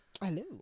Hello